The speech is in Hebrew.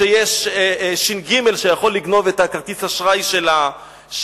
שיש ש"ג שיכול לגנוב את כרטיס האשראי של הרמטכ"ל.